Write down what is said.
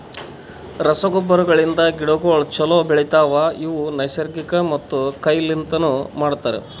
ರಸಗೊಬ್ಬರಗಳಿಂದ್ ಗಿಡಗೋಳು ಛಲೋ ಬೆಳಿತವ, ಇವು ನೈಸರ್ಗಿಕ ಮತ್ತ ಕೈ ಲಿಂತನು ಮಾಡ್ತರ